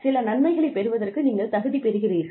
சில நன்மைகளைப் பெறுவதற்கு நீங்கள் தகுதி பெறுகிறீர்கள்